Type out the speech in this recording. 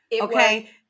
Okay